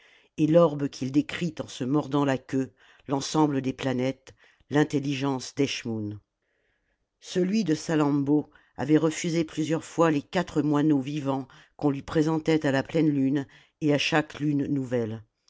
et l'orbe qu'il décrit en se mordant la queue l'ensemble des planètes l'intelligence d'eschmoûn celui de salammbô avait refusé plusieurs fois les quatre moineaux vivants qu'on lui présentait à la pleine lune et à chaque lune nouvelle